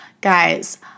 Guys